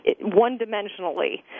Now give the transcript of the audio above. one-dimensionally